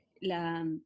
la